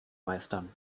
meistern